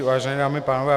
Vážené dámy a pánové.